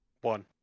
One